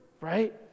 Right